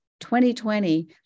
2020